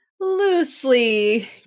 loosely